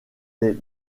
les